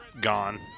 gone